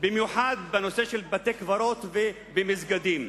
במיוחד בנושא של בתי-קברות ומסגדים.